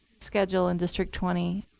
schedule in district twenty